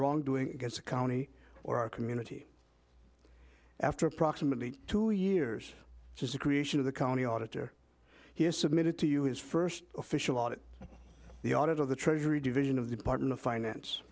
wrongdoing against the county or our community after approximately two years since the creation of the county auditor he has submitted to you his first official audit the audit of the treasury division of the department of finance